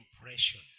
impression